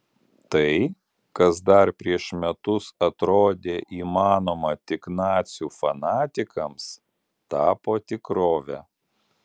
tai kas dar prieš metus atrodė įmanoma tik nacių fanatikams tapo tikrove